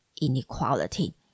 inequality